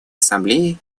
ассамблеей